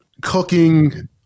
cooking